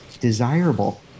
desirable